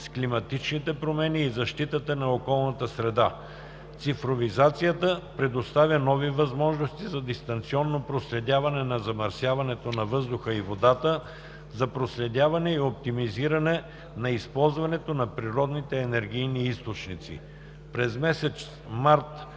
с климатичните промени и защитата на околната среда. Цифровизацията предоставя нови възможности за дистанционно проследяване на замърсяването на въздуха и водата, за проследяване и оптимизиране на използването на природни енергийни източници...“ През месец март